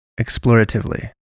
Exploratively